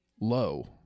low